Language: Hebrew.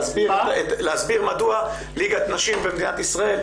להסביר מדוע ליגת נשים במדינת ישראל,